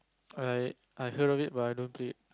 I I heard of eat but I don't want to eat